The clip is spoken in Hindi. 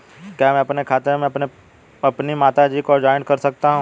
क्या मैं अपने खाते में अपनी माता जी को जॉइंट कर सकता हूँ?